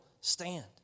stand